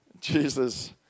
Jesus